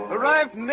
Arrived